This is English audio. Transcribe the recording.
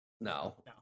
No